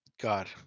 God